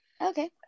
Okay